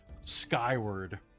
skyward